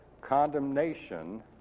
condemnation